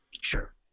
sure